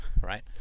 right